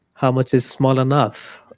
how much is small enough.